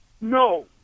No